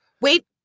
Wait